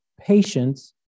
patience